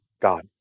God